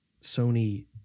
Sony